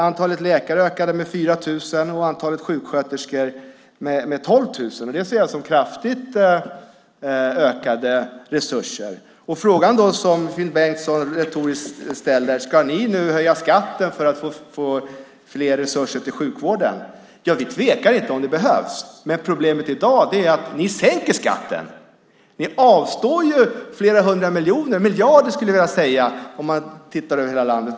Antalet läkare ökade med 4 000 och antalet sjuksköterskor med 12 000. Det ser jag som kraftigt ökade resurser. Finn Bengtsson ställer den retoriska frågan: Ska ni nu höja skatten för att få mer resurser till sjukvården? Ja, vi tvekar inte om det behövs. Men problemet i dag är att ni sänker skatten. Ni avstår från flera hundra miljoner, miljarder skulle jag vilja säga, om man tittar över hela landet.